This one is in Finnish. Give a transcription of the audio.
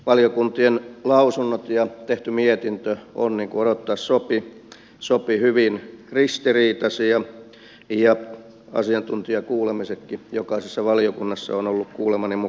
valiokuntien lausunnot ja tehty mietintö ovat niin kuin odottaa sopii hyvin ristiriitaisia ja asiantuntijakuulemisetkin jokaisessa valiokunnassa ovat olleet kuulemani mukaan hyvin värikkäitä